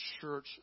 church